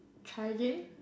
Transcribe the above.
try again